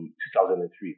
2003